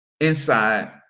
Inside